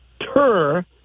TUR